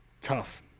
Tough